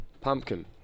pumpkin